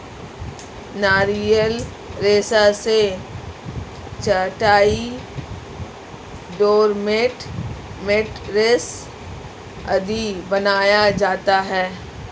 नारियल रेशा से चटाई, डोरमेट, मैटरेस आदि बनाया जाता है